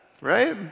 right